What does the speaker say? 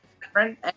different